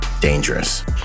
dangerous